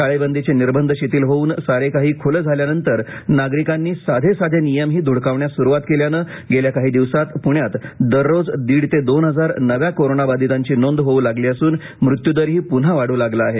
टाळेबंदीचे निर्बंध शिथिल होऊन सारे काही खुले झाल्यानंतर नागरिकांनी साधे साधे नियमही धुडकावण्यास सुरुवात केल्यानं गेल्या काही दिवसांत पुण्यात दररोज दीड ते दोन हजार नव्या कोरोना बाधितांची नोंद होऊ लागली असून मृत्यूदरही पुन्हा वाढ़ लागला आहे